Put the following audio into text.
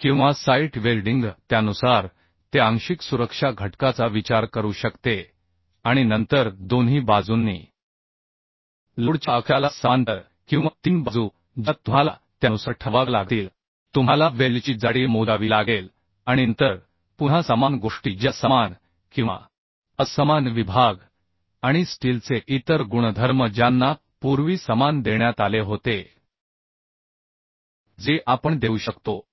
किंवा site welding त्यानुसार ते आंशिक सुरक्षा घटकाचा विचार करू शकते आणि नंतर दोन्ही बाजूंनी लोडच्या अक्षाला समांतर किंवा तीन बाजू ज्या तुम्हाला त्यानुसार ठरवाव्या लागतील तुम्हाला वेल्डची जाडी मोजावी लागेल आणि नंतर पुन्हा समान गोष्टी ज्या समान किंवा असमान विभाग आणि स्टीलचे इतर गुणधर्म ज्यांना पूर्वी समान देण्यात आले होते जे आपण देऊ शकतो